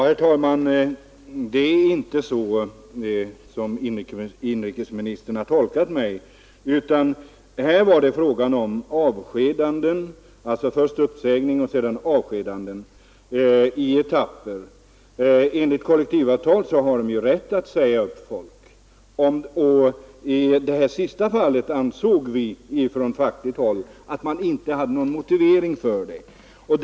Herr talman! Den tolkning som inrikesministern gjorde av mitt anförande är inte riktig. Det var fråga om uppsägningar och avskedanden i etapper. Enligt kollektivavtalet har ju arbetsgivaren rätt att säga upp folk, men i det sista fallet ansåg vi från fackligt håll att man inte hade någon motivering för avskedandena.